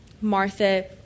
Martha